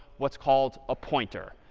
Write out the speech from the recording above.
what's called a pointer.